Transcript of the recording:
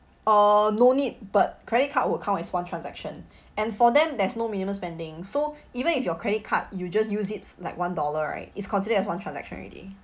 uh no need but credit card would count as one transaction and for them there's no minimum spending so even if your credit card you just use it like one dollar right is considered as one transaction already